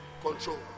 Control